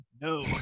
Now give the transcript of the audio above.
No